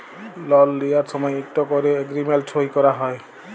লল লিঁয়ার সময় ইকট ক্যরে এগ্রীমেল্ট সই ক্যরা হ্যয়